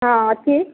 ହଁ ଅଛି